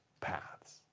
paths